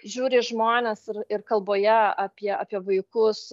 žiūri žmonės ir ir kalboje apie apie vaikus